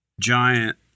giant